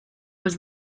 was